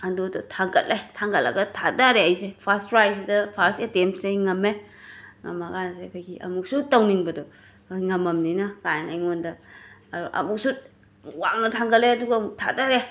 ꯑꯗꯨꯗ ꯊꯥꯡꯒꯠꯂꯦ ꯊꯥꯡꯒꯠꯂꯒ ꯊꯥꯗꯔꯦ ꯑꯩꯁꯦ ꯐꯔ꯭ꯁ ꯇ꯭ꯔꯥꯏ ꯁꯤꯗ ꯐꯔ꯭ꯁ ꯑꯦꯇꯦꯝ ꯁꯤꯗ ꯑꯩ ꯉꯝꯃꯦ ꯉꯝꯃꯀꯥꯟꯁꯤꯗ ꯑꯩꯈꯣꯏꯒꯤ ꯑꯃꯨꯛꯁꯨ ꯇꯧꯅꯤꯡꯕꯗꯣ ꯉꯝꯃꯝꯅꯤꯅ ꯀꯥꯏꯅ ꯑꯩꯉꯣꯟꯗ ꯑꯃꯨꯛꯁꯨ ꯋꯥꯡꯅ ꯊꯥꯡꯒꯠꯂꯦ ꯑꯗꯨꯒ ꯑꯃꯨꯛ ꯊꯥꯗꯔꯦ